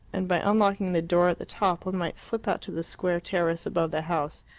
and by unlocking the door at the top one might slip out to the square terrace above the house,